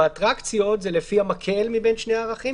באטרקציות זה המקל מבין שני הערכים